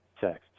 text